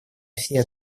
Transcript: всей